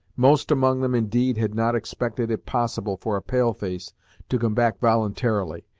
most among them, indeed, had not expected it possible for a pale-face to come back voluntarily,